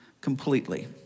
completely